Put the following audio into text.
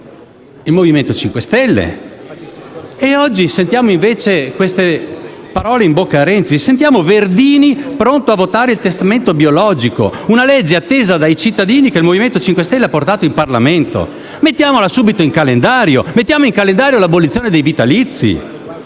Il Movimento 5 Stelle. E oggi sentiamo invece queste parole in bocca a Renzi. Sentiamo Verdini pronto a votare il testamento biologico, una legge attesa dei cittadini che il Movimento 5 Stelle ha portato in Parlamento. Mettiamola subito in calendario. Mettiamo in calendario l'abolizione dei vitalizi.